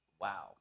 Wow